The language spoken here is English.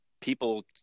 people